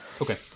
okay